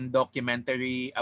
documentary